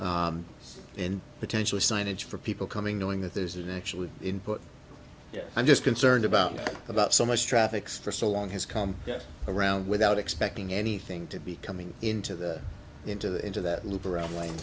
know and potentially signage for people coming knowing that there's an actual input i'm just concerned about about so much traffic for so long has come around without expecting anything to be coming into the into the into that loop around like